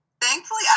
Thankfully